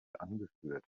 angeführt